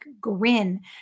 Grin